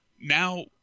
now